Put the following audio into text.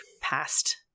past